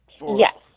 Yes